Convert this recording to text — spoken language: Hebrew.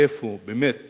איפה באמת